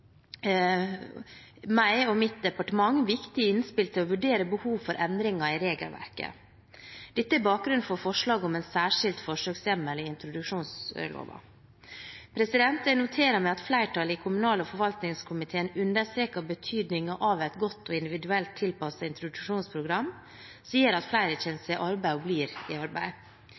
meg og mitt departement viktige innspill til å vurdere behov for endringer i regelverket. Dette er bakgrunnen for forslaget om en særskilt forsøkshjemmel i introduksjonsloven. Jeg noterer meg at flertallet i kommunal- og forvaltningskomiteen understreker betydningen av et godt og individuelt tilpasset introduksjonsprogram som gjør at flere kommer seg i arbeid og blir i arbeid.